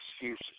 excuses